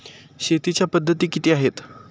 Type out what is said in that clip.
शेतीच्या पद्धती किती आहेत?